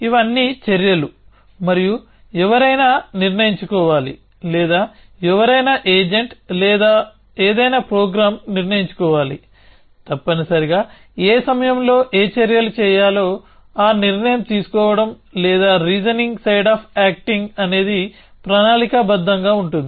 ఇవన్నీ చర్యలు మరియు ఎవరైనా నిర్ణయించుకోవాలి లేదా ఎవరైనా ఏజెంట్ లేదా ఏదైనా ప్రోగ్రామ్ నిర్ణయించుకోవాలి తప్పనిసరిగా ఏ సమయంలో ఏ చర్యలు చేయాలో ఆ నిర్ణయం తీసుకోవడం లేదా రీజనింగ్ సైడ్ అఫ్ ఆక్టింగ్ అనేది ప్రణాళికాబద్ధంగా ఉంటుంది